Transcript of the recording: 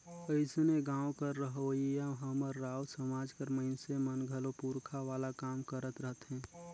अइसने गाँव कर रहोइया हमर राउत समाज कर मइनसे मन घलो पूरखा वाला काम करत रहथें